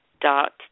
dot